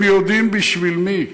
הם יודעים בשביל מי,